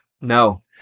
No